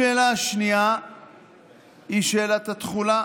השאלה השנייה היא שאלת התחולה,